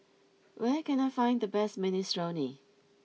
where can I find the best Minestrone